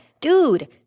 dude